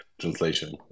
translation